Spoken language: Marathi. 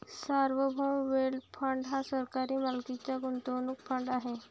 सार्वभौम वेल्थ फंड हा सरकारी मालकीचा गुंतवणूक फंड आहे